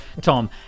Tom